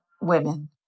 women